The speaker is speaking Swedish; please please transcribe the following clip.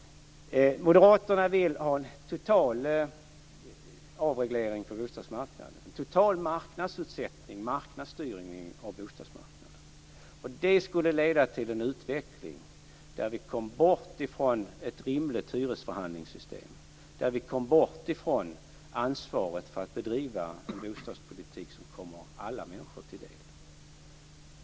Moderaterna vill ha en total avreglering på bostadsmarknaden, en total marknadsutsättning, marknadsstyrning, av bostadsmarknaden. Det skulle leda till en utveckling där vi kom bort från ett rimligt hyresförhandlingssystem, där vi kom bort från ansvaret för att bedriva en bostadspolitik som kommer alla människor till del.